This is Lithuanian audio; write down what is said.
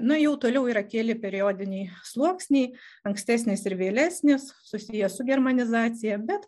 na jau toliau yra keli periodiniai sluoksniai ankstesnis ir vėlesnis susiję su germanizacija bet